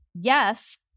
Yes